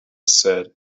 said